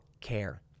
care